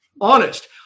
Honest